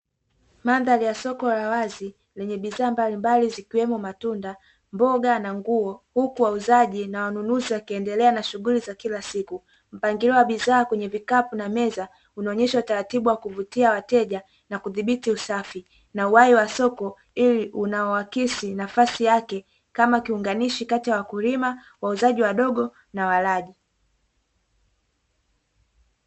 Mandhari ya soko la wazi, lenye bidhaa mbambali zikiwemo matunda mboga na nguo, huku wauzaji na wanunuzi wakiendelea na shughuli za kila siku, mpangilio wa bidhaa kwenye vikapu na meza unaonesha utaratibu wa kuvutia wateja na kudhibiti usafi na uhai wa soko hili unaoakisi nafasi yake kama kiunganishi kati ya wakulima wauzaji wadogo na walaji.